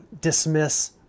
dismiss